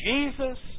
Jesus